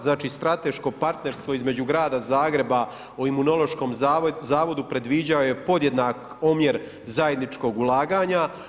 Znači strateško partnerstvo između grada Zagreba o Imunološkom zavodu predviđao je podjednak omjer zajedničkog ulaganja.